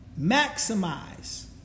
Maximize